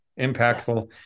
impactful